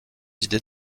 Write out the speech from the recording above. idées